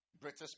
British